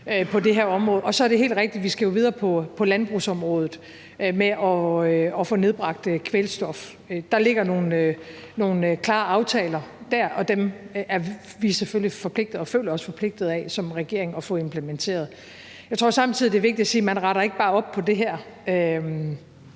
og så er det helt rigtigt, at vi jo skal videre på landbrugsområdet med at få nedbragt kvælstof. Der ligger nogle klare aftaler der, og dem er vi selvfølgelig forpligtet af og føler os forpligtet af at få implementeret som regering. Jeg tror samtidig, at det er vigtigt at sige, at man ikke bare retter op på det her.